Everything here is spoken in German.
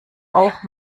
auch